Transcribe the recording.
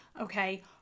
okay